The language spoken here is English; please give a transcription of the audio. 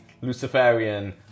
Luciferian